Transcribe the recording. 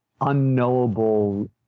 unknowable